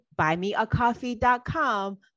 buymeacoffee.com